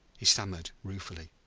he stammered ruefully.